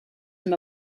him